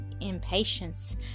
impatience